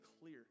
clear